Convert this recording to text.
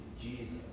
Jesus